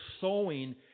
sowing